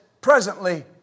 presently